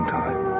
time